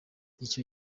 icyo